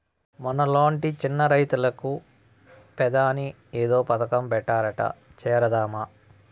మనలాంటి చిన్న రైతులకు పెదాని ఏదో పథకం పెట్టారట చేరదామా